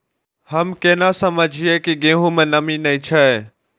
हम केना समझये की गेहूं में नमी ने छे?